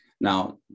Now